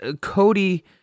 Cody